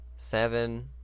Seven